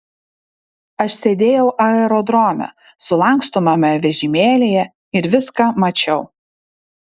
aš sėdėjau aerodrome sulankstomame vežimėlyje ir viską mačiau